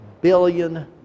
billion